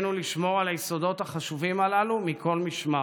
עלינו לשמור על היסודות החשובים הללו מכל משמר.